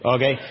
Okay